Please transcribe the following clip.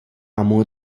amo